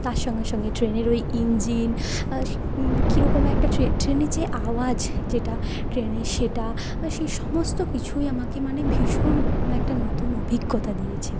তার সঙ্গে সঙ্গে ট্রেনের ওই ইঞ্জিন কীরকম একটা ট্রেনে যে আওয়াজ যেটা ট্রেনের সেটা সেই সমস্ত কিছুই আমাকে মানে ভীষণ রকম একটা নতুন অভিজ্ঞতা দিয়েছে